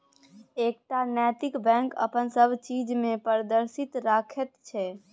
एकटा नैतिक बैंक अपन सब चीज मे पारदर्शिता राखैत छै